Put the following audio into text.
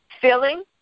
filling